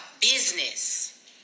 business